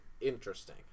Interesting